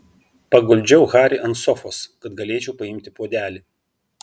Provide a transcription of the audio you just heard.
paguldžiau harį ant sofos kad galėčiau paimti puodelį